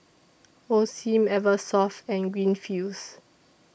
Osim Eversoft and Greenfields